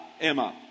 Emma